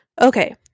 Okay